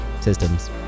Systems